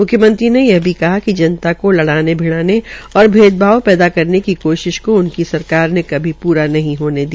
मुख्यमंत्री ने यह भी कहा कि जनता को लड़ाने भिड़ाने और भेदभाव पैदा करने की कोशिश को उनकी सरकार ने कमी नहीं होने दिया